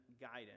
guidance